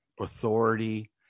authority